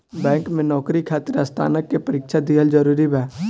Bank में नौकरी खातिर स्नातक के परीक्षा दिहल जरूरी बा?